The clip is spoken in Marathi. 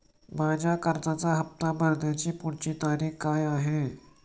माझ्या कर्जाचा हफ्ता भरण्याची पुढची तारीख काय आहे?